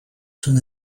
soon